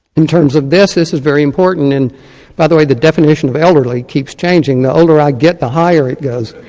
in terms of this this is important. and by the way, the definition of elderly keeps changing the older i get, the higher it goes.